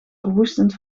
verwoestend